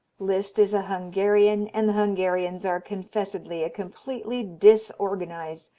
liszt is a hungarian and the hungarians are confessedly a completely disorganized,